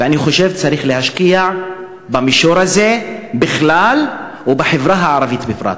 ואני חושב שצריך להשקיע במישור הזה בכלל ובחברה הערבית בפרט.